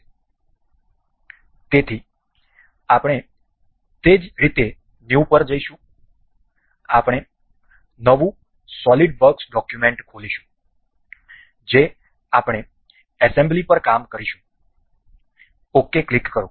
તેથી આપણે તે જ રીતે ન્યુ પર જઈશું આપણે નવું સોલિડ વર્ક્સ ડોક્યુમેન્ટ ખોલીશું જે આપણે એસેમ્બલી પર કામ કરીશું ok ક્લિક કરો